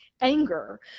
anger